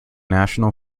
national